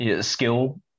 skill